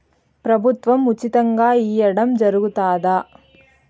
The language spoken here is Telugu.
ప్రభుత్వం ఉచితంగా ఇయ్యడం జరుగుతాదా?